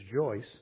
Joyce